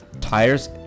tires